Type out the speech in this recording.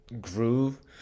groove